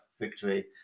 victory